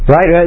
Right